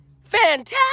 fantastic